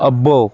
అబ్బో